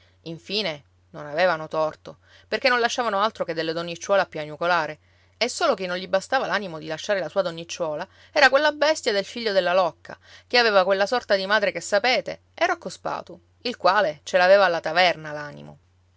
infine non avevano torto perché non lasciavano altro che delle donnicciuole a piagnucolare e solo chi non gli bastava l'animo di lasciare la sua donnicciuola era quella bestia del figlio della locca che aveva quella sorta di madre che sapete e rocco spatu il quale ce l'aveva alla taverna